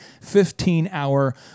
15-hour